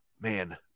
man